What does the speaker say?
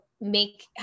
make